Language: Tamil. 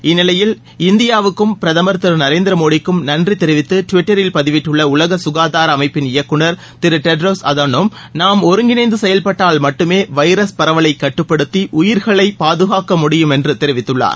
இந்நிலையில் இந்தியாவுக்கும் பிரதம் திரு நரேந்திர மோடிக்கும் நன்றி தெரிவித்து டுவிவட்டரில் பதிவிட்டுள்ள உலக சுகாதார அமைப்பிள் இயக்குளா திரு டெட்ராஸ் அதானோம் நாம் ஒருங்கிணைந்து செயவ்பட்டால் மட்டுமே வைரஸ் பரவலை கட்டுப்படுத்தி உயிர்களை பாதுகாக்க முடியும் என்று தெரிவித்துள்ளார்